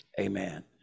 amen